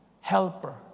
helper